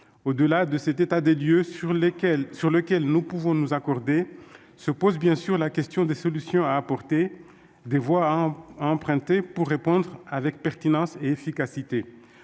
Au-delà de cet état des lieux, sur lequel nous pouvons nous accorder, se pose bien sûr la question des solutions à apporter, des voies à emprunter pour y répondre avec pertinence et efficacité.